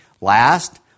Last